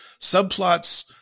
subplots